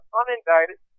unindicted